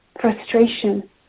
frustration